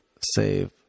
save